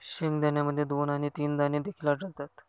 शेंगदाण्यामध्ये दोन आणि तीन दाणे देखील आढळतात